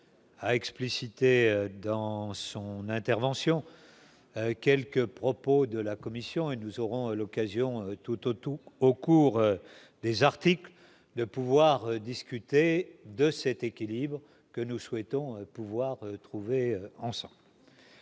a explicité dans son intervention, quelques propos de la commission et nous aurons l'occasion tout auto au cours des articles de pouvoir discuter de cet équilibre que nous souhaitons pouvoir trouver en sang.